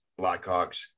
Blackhawks